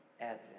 advent